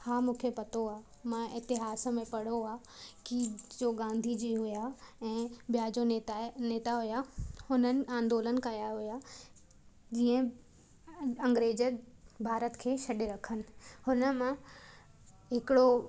हा मूंखे पतो आहे मां इतिहास में पढ़ियो आहे कि जो गांधी जी हुया ऐं ॿिया जो नेता आहे नेता हुया हुननि आंदोलन कराया हुया जीअं अंग्रेज भारत खे छॾे रखनि हुन मां हिकिड़ो